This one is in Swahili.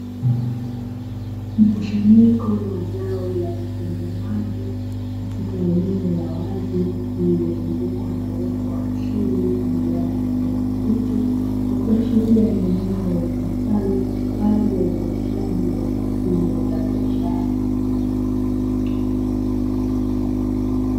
Mkusanyiko wa zao la vitunguu maji katika eneo la wazi lililozungukwa na uoto wa asili wenye rangi ya kijani kibichi. Ikiashiria ni eneo litumikalo kwa ajili ya uzalishaji wa zao hilo la biashara.